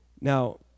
Now